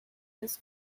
his